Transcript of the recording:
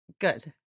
Good